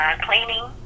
cleaning